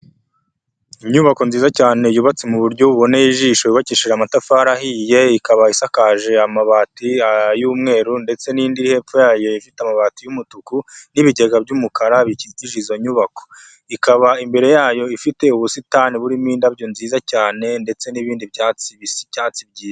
Inyubako nziza cyane yubatse mu buryo buboneye ijisho yubakishije amatafari ahiye ikaba isakaje amabati y'umweru ndetse n'indi hepfo yayo ifite amabati y'umutuku n'ibigega by'umukara bikikije izo nyubako, ikaba imbere yayo ifite ubusitani burimo indabyo nziza cyane ndetse n'ibindi byatsi bisa icyatsi byiza.